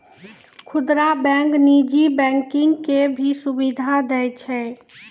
खुदरा बैंक नीजी बैंकिंग के भी सुविधा दियै छै